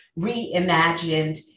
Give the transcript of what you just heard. reimagined